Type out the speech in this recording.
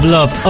Love